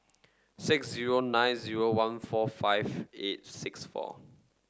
six zero nine zero one four five eight six four